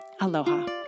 aloha